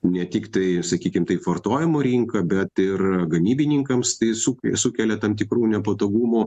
ne tiktai sakykim taip vartojimo rinką bet ir gamybininkams tai suk sukelia sukelia tam tikrų nepatogumų